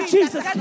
Jesus